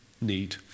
need